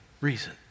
reason